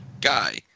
guy